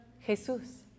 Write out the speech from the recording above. Jesús